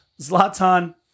Zlatan